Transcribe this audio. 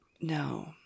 No